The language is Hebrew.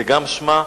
זה שמה.